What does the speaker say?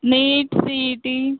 NEET C E T